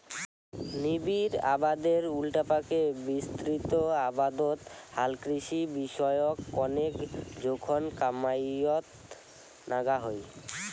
নিবিড় আবাদের উল্টাপাকে বিস্তৃত আবাদত হালকৃষি বিষয়ক কণেক জোখন কামাইয়ত নাগা হই